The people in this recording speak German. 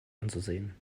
anzusehen